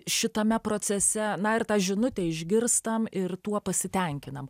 šitame procese na ir tą žinutę išgirstam ir tuo pasitenkinam